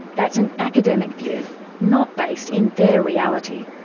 that's an academic view not based in their reality.